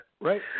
Right